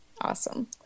awesome